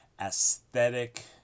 aesthetic